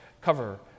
cover